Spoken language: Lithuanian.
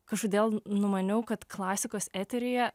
kažkodėl numaniau kad klasikos eteryje